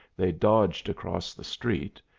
they dodged across the street,